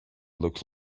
looked